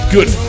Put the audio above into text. Good